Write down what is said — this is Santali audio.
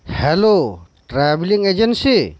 ᱦᱮᱞᱳ ᱴᱨᱟᱵᱷᱮᱞᱤᱝ ᱮᱡᱮᱱᱥᱤ